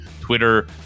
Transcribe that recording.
Twitter